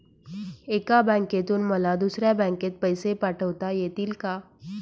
एका बँकेतून मला दुसऱ्या बँकेत पैसे पाठवता येतील का?